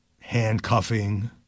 handcuffing